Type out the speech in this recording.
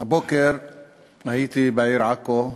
הבוקר הייתי בעיר עכו,